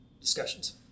discussions